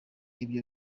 ibyo